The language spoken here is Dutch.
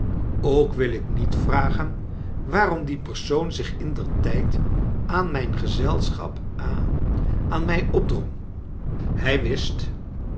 ook wil ik niet vragen waarom die persoon zich indertijd aan mijn gezelschap ha aan mij opdrong hij wist